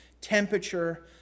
temperature